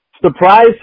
Surprise